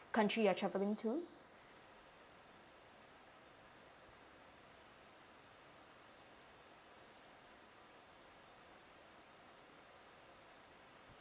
country you're traveling to